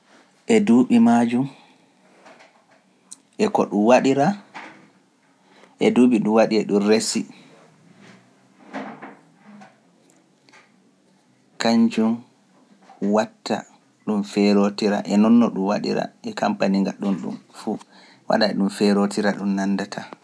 e ko ɗum waɗira e ko ɗuum waɗi e ɗum resi ɓe kañum waɗta ɗum feerootira e noonno ɗum waɗira e kampani ɗum ɗum ɓe perotira ɗum nandata.